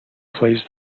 plays